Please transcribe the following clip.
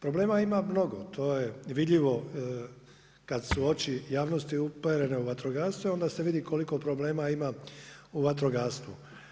Problema ima mnogo to je vidljivo kad su oči javnosti uperene u vatrogasce onda se vidi koliko problema ima u vatrogastvu.